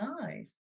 nice